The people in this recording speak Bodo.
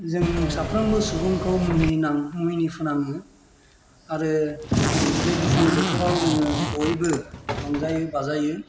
जों साफ्रोमबो सुबुंखौ मुहिनां मुहिनि फोनाङो आरो बे दुफां बोथोराव जोङो बयबो रंजायो बाजायो